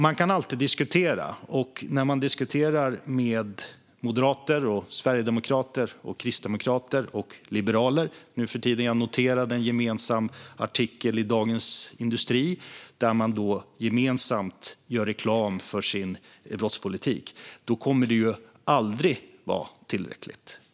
Man kan alltid diskutera, men för moderater, sverigedemokrater, kristdemokrater och liberaler nu för tiden - jag noterade en gemensam debattartikel i Dagens industri, där man gjorde reklam för sin brottspolitik - kommer det aldrig att vara tillräckligt.